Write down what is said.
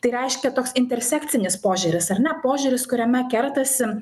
tai reiškia toks intersekcinis požiūris ar ne požiūris kuriame kertasi